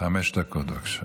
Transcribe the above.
חמש דקות, בבקשה.